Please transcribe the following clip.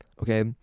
okay